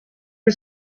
who